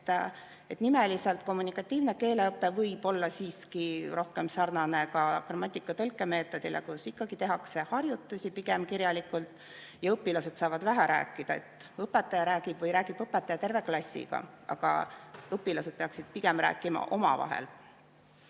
et nimeliselt kommunikatiivne keeleõpe võib olla siiski rohkem sarnane ka grammatika-tõlkemeetodile, kus tehakse harjutusi pigem kirjalikult ja õpilased saavad vähe rääkida. Õpetaja räägib terve klassiga, aga õpilased peaksid rääkima omavahel.